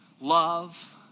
Love